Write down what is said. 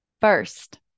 First